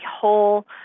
whole